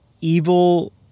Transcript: evil